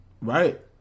Right